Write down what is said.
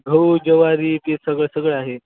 गहू ज्वारी ते सगळं सगळं आहे